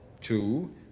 two